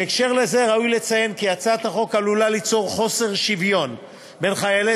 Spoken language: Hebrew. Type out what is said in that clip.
בהקשר זה ראוי לציין כי הצעת החוק עלולה ליצור חוסר שוויון בין חיילי